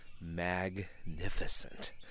Magnificent